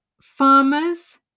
farmers